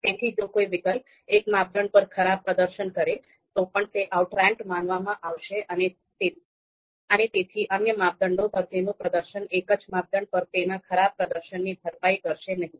તેથી જો કોઈ વિકલ્પ એક માપદંડ પર ખરાબ પ્રદર્શન કરે તો પણ તે આઉટ્રાન્કડ માનવામાં આવશે અને તેથી અન્ય માપદંડો પર તેનું પ્રદર્શન એક જ માપદંડ પર તેના ખરાબ પ્રદર્શનની ભરપાઈ કરશે નહીં